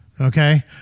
Okay